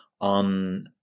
on